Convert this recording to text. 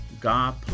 god